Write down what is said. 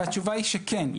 והתשובה היא שכן,